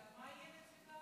יהיה מהצד?